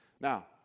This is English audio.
Now